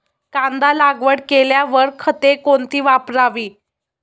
कांदा लागवड केल्यावर खते कोणती वापरावी?